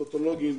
פתולוגים,